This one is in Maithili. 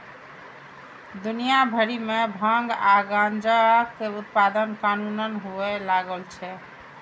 दुनिया भरि मे भांग आ गांजाक उत्पादन कानूनन हुअय लागल छै